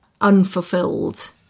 unfulfilled